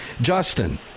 Justin